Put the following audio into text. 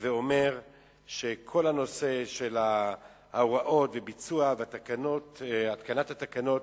ואומר שכל הנושא של ההוראות והביצוע והתקנת התקנות,